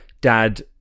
Dad